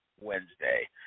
Wednesday